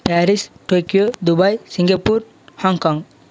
Paris Tokyo Dubai Singapore Hong Kong